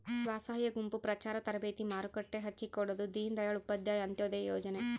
ಸ್ವಸಹಾಯ ಗುಂಪು ಪ್ರಚಾರ ತರಬೇತಿ ಮಾರುಕಟ್ಟೆ ಹಚ್ಛಿಕೊಡೊದು ದೀನ್ ದಯಾಳ್ ಉಪಾಧ್ಯಾಯ ಅಂತ್ಯೋದಯ ಯೋಜನೆ